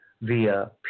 via